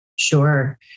Sure